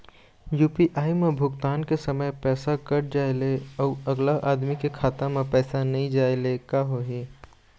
UPI म भुगतान के समय पैसा कट जाय ले, अउ अगला आदमी के खाता म पैसा नई जाय ले का होही?